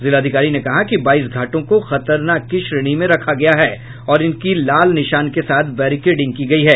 जिलाधिकारी ने कहा कि बाईस घाटों को खतरनाक की श्रेणी में रखा गया है और इनकी लाल निशान के साथ बैरिकेडिंग की गयी है